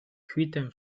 świtem